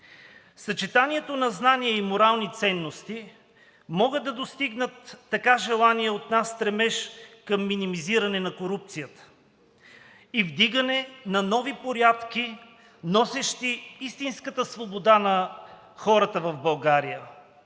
Съчетанието на знание и морални ценности могат да достигнат така желания от нас стремеж към минимизиране на корупцията и вдигане на нови порядки, носещи истинската свобода на хората в България.